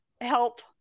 help